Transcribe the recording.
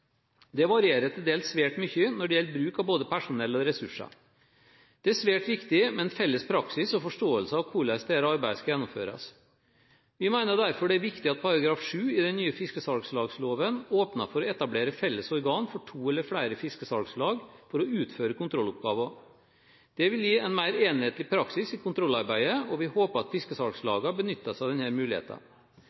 Det varierer til dels svært mye når det gjelder bruk av både personell og ressurser. Det er svært viktig med en felles praksis og forståelse av hvordan dette arbeidet skal gjennomføres. Vi mener derfor at det er viktig at § 7 i den nye fiskesalgslagsloven åpner for å etablere felles organ for to eller flere fiskesalgslag for å utføre kontrolloppgaver. Det vil gi en mer enhetlig praksis i kontrollarbeidet, og vi håper at fiskesalgslagene benytter seg av denne muligheten.